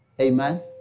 Amen